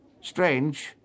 Strange